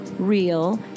real